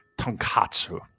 tonkatsu